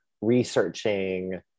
researching